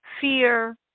fear